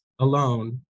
alone